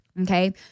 okay